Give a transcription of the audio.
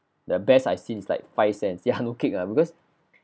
the best I've seen is like five cents ya no kick ah because